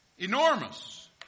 Enormous